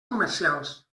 comercials